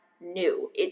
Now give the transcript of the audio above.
new